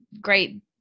great